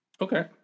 Okay